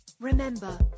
Remember